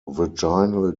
vaginal